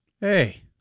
hey